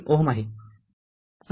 ३ Ω आहे